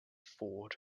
ford